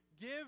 give